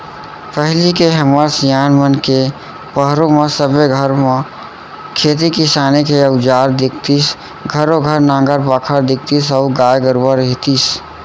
पहिली के हमर सियान मन के पहरो म सबे घर म खेती किसानी के अउजार दिखतीस घरों घर नांगर बाखर दिखतीस अउ गाय गरूवा रहितिस